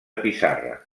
pissarra